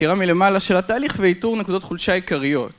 תראה מלמעלה של התהליך ואיתור נקודות חולשה עיקריות